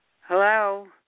Hello